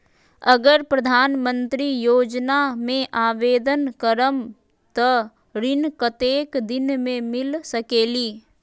अगर प्रधानमंत्री योजना में आवेदन करम त ऋण कतेक दिन मे मिल सकेली?